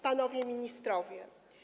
Panowie Ministrowie!